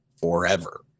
forever